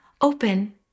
open